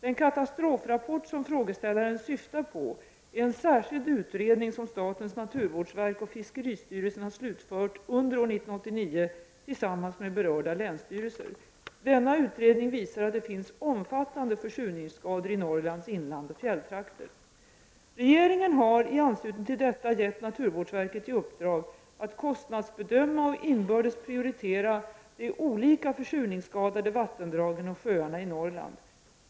Den katastrofrapport som frågeställaren syftar på är en särskild utredning som statens naturvårdsverk och fiskeristyrelsen har slutfört under år 1989 tillsammans med berörda länsstyrelser. Denna utredning visar att det finns omfattande försurningsskador i Norrlands inland och fjälltrakter. Regeringen har i anslutning till detta gett naturvårdsverket i uppdrag att kostnadsbedöma och inbördes prioritera de olika försurningsskadade vattendragen och sjöarna i Norrland.